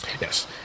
Yes